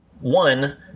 one